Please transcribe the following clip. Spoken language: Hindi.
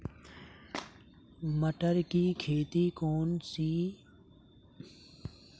मटर की खेती कौन से महीने में होती है?